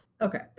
Okay